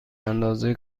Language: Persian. اندازه